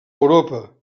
europa